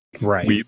Right